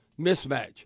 Mismatch